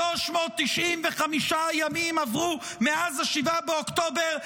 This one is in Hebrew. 395 ימים עברו מאז 7 באוקטובר,